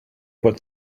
but